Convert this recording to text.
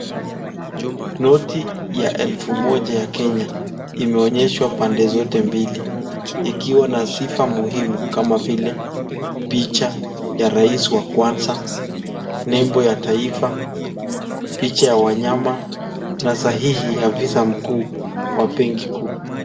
Noti ya elfu moja ya Kenya imeonyeshwa pande zote mbili ikiwa na sifa muhimu kama vile picha ya rais wa kwanza, nembo ya taifa, picha ya wanyama na sahihi ya afisa mkuu wa Benki Kuu.